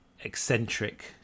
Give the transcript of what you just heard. eccentric